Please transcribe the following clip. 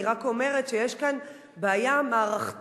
אני רק אומרת שיש כאן בעיה מערכתית,